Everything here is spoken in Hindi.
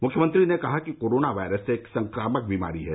म्ख्यमंत्री ने कहा कि कोरोना वायरस एक संक्रामक बीमारी है